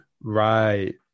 Right